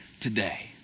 today